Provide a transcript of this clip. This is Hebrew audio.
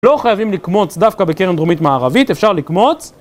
לא חייבים לקמוץ דווקא בקרן דרומית מערבית, אפשר לקמוץ...